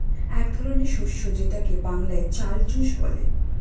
এক ধরনের শস্য যেটাকে বাংলায় চাল চুষ বলে